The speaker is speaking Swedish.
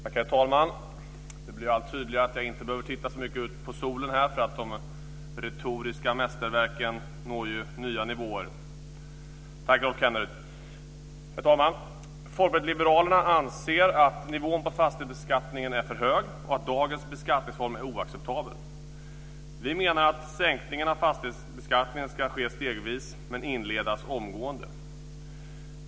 Herr talman! Det blir allt tydligare att jag inte behöver titta ut så mycket på solen här från kammaren eftersom de retoriska mästerverken når nya nivåer. Tack, Rolf Kenneryd! Herr talman! Folkpartiet liberalerna anser att nivån på fastighetsbeskattningen är för hög och att dagens beskattningsform är oacceptabel. Vi menar att sänkningen av fastighetsbeskattningen ska ske stegvis men inledas omgående.